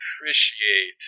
appreciate